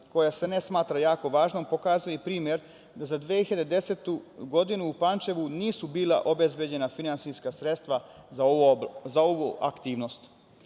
koja se ne smatra jako važnom pokazuje i prime da za 2010. godinu u Pančevu nisu bila obezbeđena finansijska sredstava za ovu aktivnost.U